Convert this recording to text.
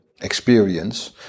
experience